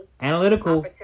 analytical